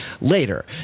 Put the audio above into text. later